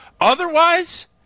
Otherwise